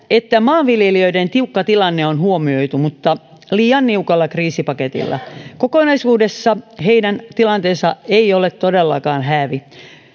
että maanviljelijöiden tiukka tilanne on huomioitu mutta liian niukalla kriisipaketilla kokonaisuudessaan heidän tilanteensa ei ole todellakaan häävi